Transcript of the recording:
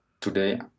today